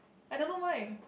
I don't know why